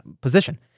position